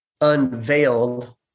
unveiled